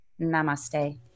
namaste